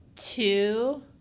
Two